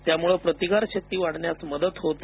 त्यामुळे रोगप्रतिकारशक्ती वाढण्यास मदत होते